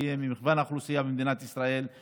שיהיו ממגוון האוכלוסייה במדינת ישראל,